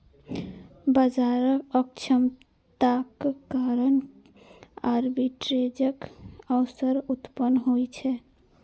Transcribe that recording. बाजारक अक्षमताक कारण आर्बिट्रेजक अवसर उत्पन्न होइ छै